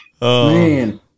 Man